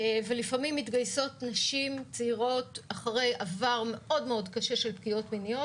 לפעמים מתגייסות נשים צעירות אחרי עבר מאוד-מאוד קשה של פגיעות מיניות,